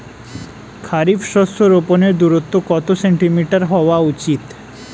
খারিফ শস্য রোপনের দূরত্ব কত সেন্টিমিটার হওয়া উচিৎ?